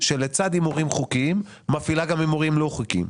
שלצד הימורים חוקיים מפעילה גם הימורים לא חוקיים.